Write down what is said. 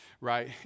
right